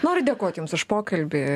noriu dėkot jums už pokalbį